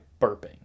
burping